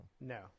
No